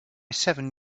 seven